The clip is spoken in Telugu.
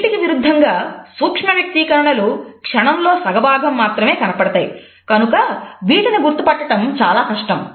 వీటికి విరుద్ధంగా సూక్ష్మ వ్యక్తీకరణలు క్షణంలో సగ భాగం మాత్రమే కనపడతాయి కనుక వీటిని గుర్తుపట్టటం చాలా కష్టం